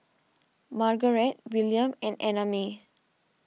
Margaret Willam and Annamae